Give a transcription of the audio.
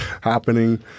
happening